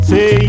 Say